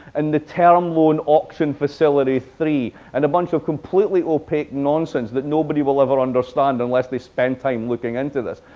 and the termloan auction facility three, and a bunch of completely opaque nonsense that nobody will ever understand unless they spend time looking into this.